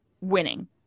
winning